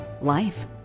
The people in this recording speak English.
life